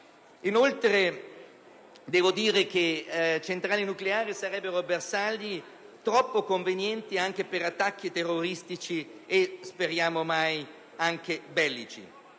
Inoltre, centrali nucleari sarebbero bersagli troppo convenienti anche per attacchi terroristici e - speriamo mai - bellici.